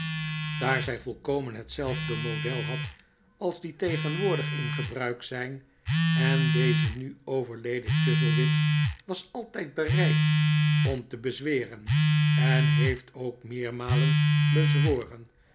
daar zij volkomen hetzelfde model had als die tegenwoordig in gebruik zijn en deze nu overleden chuzzlewit was altijd bereid om te bezweren en heeft ook meermalen bezworen